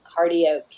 cardio